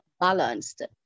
balanced